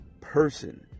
person